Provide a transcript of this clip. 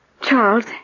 Charles